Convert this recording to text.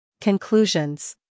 Conclusions